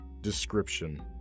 Description